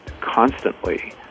constantly